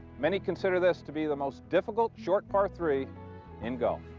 many consider this to be the most difficult short par three in golf.